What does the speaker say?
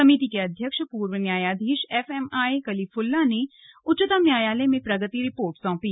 समिति के अध्याक्ष पूर्व न्यायाधीश एफ एम आई कलीफुल्ला ने उच्चतम न्यायालय में प्रगति रिपोर्ट सौंपी